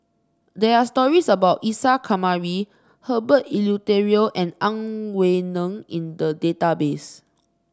there are stories about Isa Kamari Herbert Eleuterio and Ang Wei Neng in the database